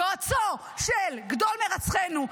יועצו של גדול מרצחינו,